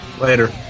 Later